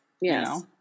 Yes